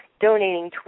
donating